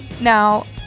Now